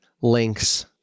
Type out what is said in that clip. links